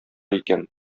икән